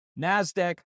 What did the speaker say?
NASDAQ